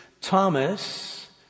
Thomas